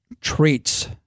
treats